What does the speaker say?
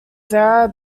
vera